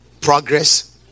progress